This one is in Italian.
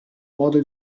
modo